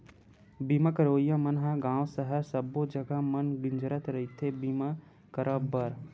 बीमा करइया मन ह गाँव सहर सब्बो जगा म गिंजरत रहिथे बीमा करब बर